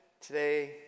today